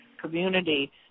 community